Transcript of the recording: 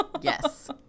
Yes